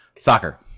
Soccer